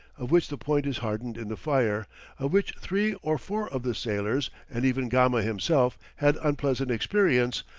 of which the point is hardened in the fire of which three or four of the sailors and even gama himself had unpleasant experience,